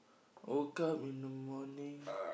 woke up in the morning